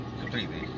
completely